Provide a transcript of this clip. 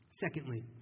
secondly